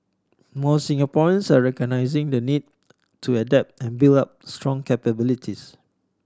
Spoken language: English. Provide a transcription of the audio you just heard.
more Singaporeans are recognising the need to adapt and build up strong capabilities